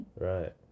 Right